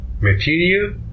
material